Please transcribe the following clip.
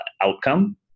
outcome